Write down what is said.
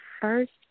first